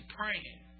praying